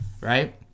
right